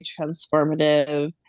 transformative